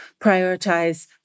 prioritize